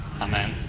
Amen